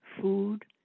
food